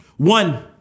One